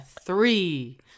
three